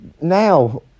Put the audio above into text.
Now